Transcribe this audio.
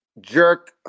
jerk